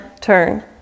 turn